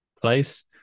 place